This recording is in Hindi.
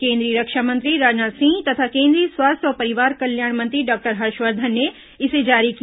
केन्द्रीय रक्षा मंत्री राजनाथ सिंह तथा केन्द्रीय स्वास्थ्य और परिवार कल्याण मंत्री डॉक्टर हर्षवर्धन ने इसे जारी किया